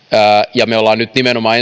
ja me olemme nyt nimenomaan